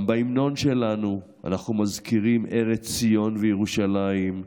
גם בהמנון שלנו אנחנו מזכירים "ארץ ציון וירושלים".